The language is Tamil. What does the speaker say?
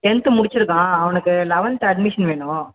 டென்த்து முடிச்சுருக்கான் அவனுக்கு லெவன்த்து அட்மிஷன் வேணும்